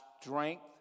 strength